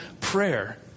prayer